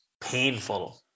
painful